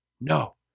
no